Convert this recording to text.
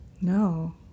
No